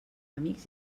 amics